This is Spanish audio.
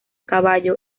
caballo